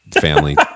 family